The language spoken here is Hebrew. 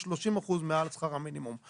הוא 30% מעל שכר המינימום.